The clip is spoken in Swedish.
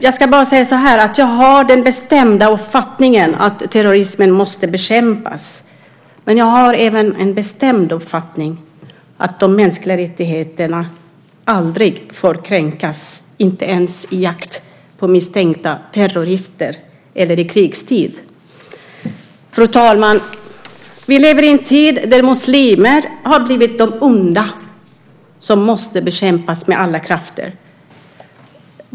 Jag har den bestämda uppfattningen att terrorismen måste bekämpas, men det är också min bestämda uppfattning att de mänskliga rättigheterna aldrig får kränkas, inte ens i jakten på misstänkta terrorister eller i krigstid. Fru talman! Vi lever i en tid när muslimerna blivit "de onda" och därför måste bekämpas med alla krafter.